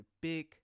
big